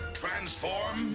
transform